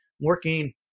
working